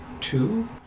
two